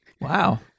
Wow